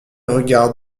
regards